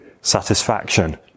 satisfaction